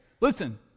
listen